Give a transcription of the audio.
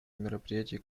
мероприятий